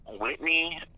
Whitney